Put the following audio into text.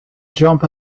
jump